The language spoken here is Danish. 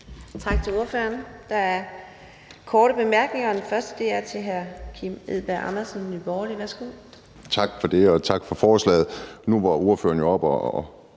Tak til ordføreren. Der er korte bemærkninger. Den første er til hr. Kim Edberg Andersen, Nye Borgerlige. Værsgo. Kl. 12:01 Kim Edberg Andersen (NB): Tak for det, og tak for forslaget. Nu var ordføreren jo oppe